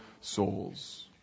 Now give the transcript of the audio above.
souls